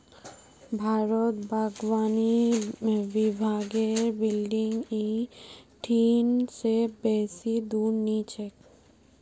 भारतत बागवानी विभागेर बिल्डिंग इ ठिन से बेसी दूर नी छेक